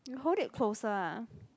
you hold it closer ah